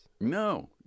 No